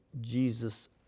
Jesus